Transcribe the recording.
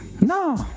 No